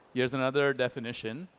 here's another definition,